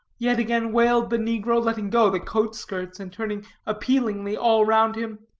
yet again wailed the negro, letting go the coat-skirts and turning appealingly all round him.